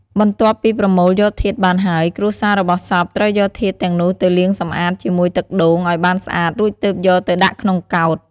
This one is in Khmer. បន្ទប់ពីប្រមូលយកធាតុបានហើយ គ្រួសាររបស់សពត្រូវយកធាតុទាំងនោះទៅលាងសម្អាតជាមួយទឹកដូងឲ្យបានស្អាតរួចទើបយកទៅដាក់ក្នុងកោដ្ឋ។